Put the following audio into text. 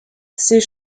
ces